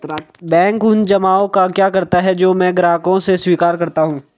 Bank उन जमाव का क्या करता है जो मैं ग्राहकों से स्वीकार करता हूँ?